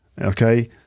okay